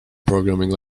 programming